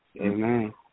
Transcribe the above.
Amen